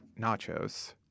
nachos